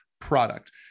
product